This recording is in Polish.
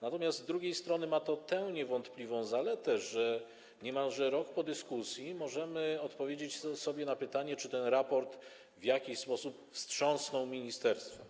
Natomiast z drugiej strony ma to tę niewątpliwą zaletę, że niemalże rok po dyskusji możemy odpowiedzieć sobie na pytanie, czy ten raport w jakiś sposób wstrząsnął ministerstwem.